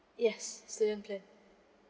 yes student plan